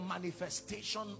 manifestation